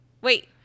Wait